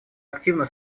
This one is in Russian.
активно